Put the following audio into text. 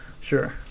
sure